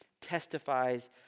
testifies